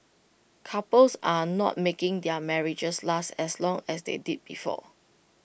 couples are not making their marriages last as long as they did before